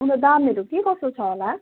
हुन दामहरू के कसो छ होला